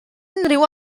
unrhyw